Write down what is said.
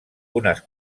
unes